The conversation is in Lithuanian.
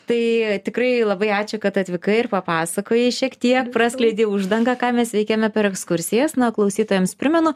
tai tikrai labai ačiū kad atvykai ir papasakojai šiek tiek praskleidei uždangą ką mes veikiame per ekskursijas na klausytojams primenu